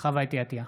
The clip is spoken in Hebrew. חוה אתי עטייה,